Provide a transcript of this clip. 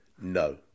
No